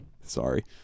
Sorry